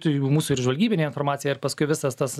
tai jau mūsų ir žvalgybinė informacija ir paskui visas tas